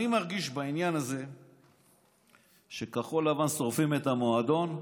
אני מרגיש בעניין הזה שכחול לבן שורפים את המועדון,